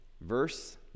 Verse